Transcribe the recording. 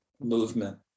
movement